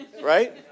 Right